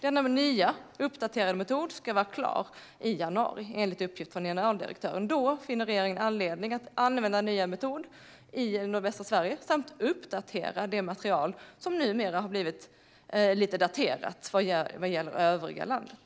Denna nya uppdaterade metod ska vara klar i januari, enligt uppgift från generaldirektören. Då finner regeringen anledning att använda den nya metoden i nordvästra Sverige samt uppdatera det material som numera har blivit lite daterat vad gäller övriga landet.